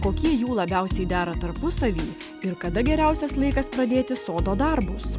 kokie jų labiausiai dera tarpusavy ir kada geriausias laikas pradėti sodo darbus